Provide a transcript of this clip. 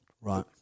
Right